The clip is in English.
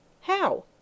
How